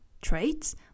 traits